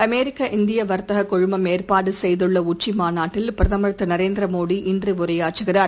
அமெரிக்க இந்தியவர்த்தககுழுமம் ஏற்பாடுசெய்துள்ளஉச்சிமாநாட்டில் பிரதமர் திருநரேந்திரமோடி இன்றுஉரையாற்றுகிறார்